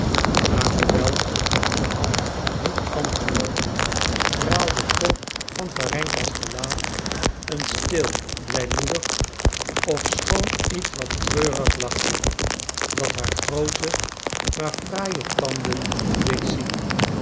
maar hoewel de hand niet antwoordde straalde toch van warenka's gelaat een stil blijmoedig ofschoon ietwat treurig lachje dat haar groote maar fraaie tanden deed zien